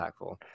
impactful